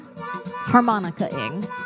harmonica-ing